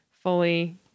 Fully